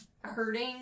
hurting